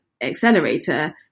accelerator